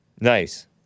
nice